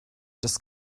das